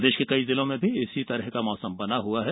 प्रदेश के कई जिलों में भी इस तरह का मौसम बना हुआ है